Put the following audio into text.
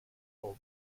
pull